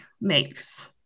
makes